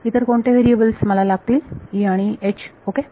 इतर कोणते व्हेरीएबल्स मला लागतील आणि ओके